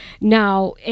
Now